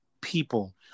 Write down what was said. people